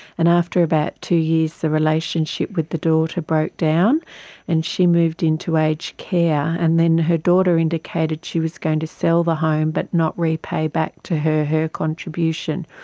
and after about two years the relationship with the daughter broke down and she moved into aged care. and then her daughter indicated she was going to sell the home but not repay back to her her contribution.